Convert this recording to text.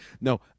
no